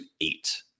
eight